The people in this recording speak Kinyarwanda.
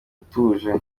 utuje